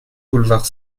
boulevard